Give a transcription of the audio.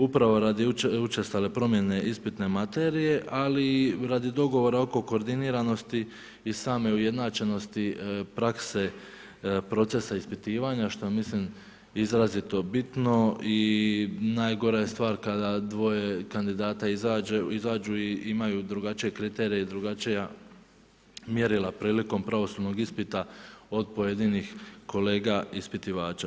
Upravo radi učestale promjene ispitne materije, ali i radi dogovora oko koordiniranosti i same ujednačenosti prakse procesa ispitivanja, što mislim da je izrazito bitno i najgora stvar kada dvoje kandidata izađu i imaju drugačije kriterije i drugačije mjerila prilikom pravosudnog ispita od pojedinih kolega ispitivača.